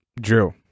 drill